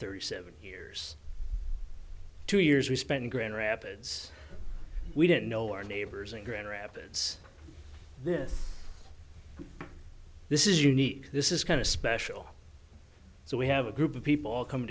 thirty seven years two years we spend grand rapids we didn't know our neighbors in grand rapids this this is unique this is kind of special so we have a group of people all come